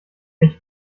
mich